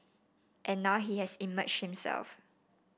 and now he has emerged himself